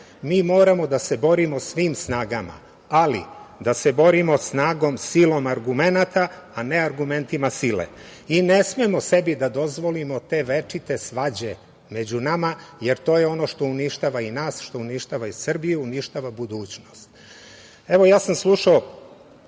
Mi moramo da se borimo svim snagama, ali da se borimo snagom silom argumenata, a ne argumentima sile. Ne smemo sebi da dozvolimo te večite svađe među nama, jer to je ono što uništava i nas, što uništava i Srbiju, uništava budućnost. Evo, slušamo